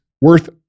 worth